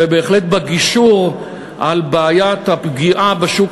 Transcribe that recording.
ובהחלט בגישור על בעיית הפגיעה בשוק